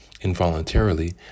involuntarily